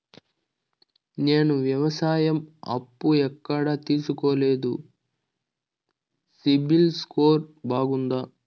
నేను వ్యవసాయం అప్పు ఎక్కడ తీసుకోలేదు, సిబిల్ స్కోరు బాగుందా?